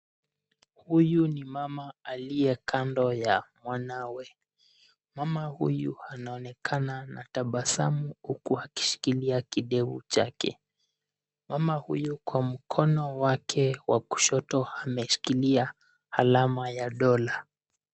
Huyu ni mama aliye kando ya mwanawe. Mama huyu anaonekana na tabasamu huku akishikilia kidevu chake. Mama huyu kwa mkono wake wa kushoto ameshikilia alama ya dola.